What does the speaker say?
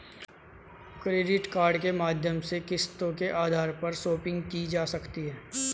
credit card के माध्यम से किस्तों के आधार पर शापिंग की जा सकती है